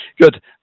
Good